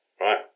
right